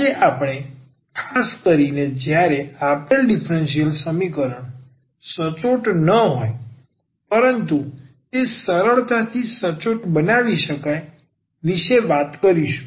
આજે આપણે ખાસ કરીને જ્યારે આપેલ ડીફરન્સીયલ સમીકરણ સચોટ ન હોય પરંતુ તે સરળતાથી સચોટ બનાવી શકાય વિશે વાત કરીશું